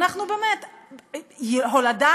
הולדה,